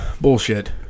Bullshit